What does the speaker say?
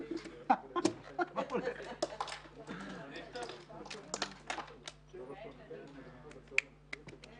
12:05.